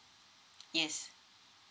yes